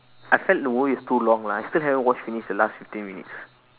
I felt the movie is too long lah I still haven't watch finish the last fifteen minutes